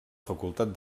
facultat